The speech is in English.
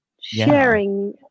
sharing